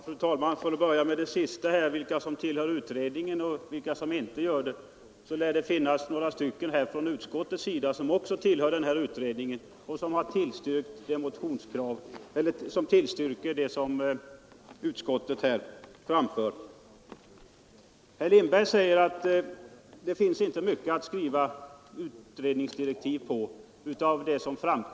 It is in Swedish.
Fru talman! För att börja med det sista herr Lindberg tog upp, vill jag säga att några av utskottets ledamöter också är med i utredningen, och de står bakom utskottets skrivning i det här avsnittet. Herr Lindberg säger att utskottets betänkande inte är mycket att skriva utredningsdirektiv på.